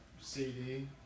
CD